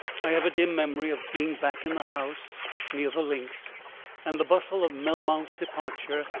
i have a dim memory of being back in the house near the links and the bustle of melmount's departure,